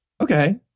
Okay